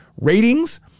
ratings